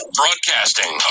broadcasting